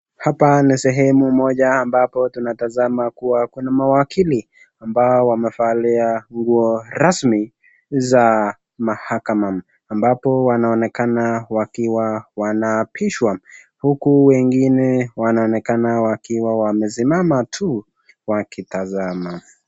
Hapa ni sehemu moja ambapo tunataszama kuwa kuna mawakili ambao wamevalia nguo rasmi za mahakama ambapo wanaonekana wakiwa wanaabishwa huku wengine wanaonekana wakiwa wamesimama tu wakitazama.